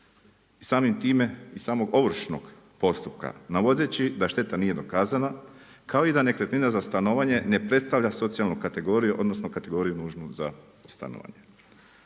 Samim time, iz samog ovršnog postupka, navodeći da šteta nije dokazana, kao i da nekretnina za stanovanje ne predstavlja socijalnu kategoriju odnosno kategoriju nužnu za stanovanje.